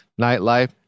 nightlife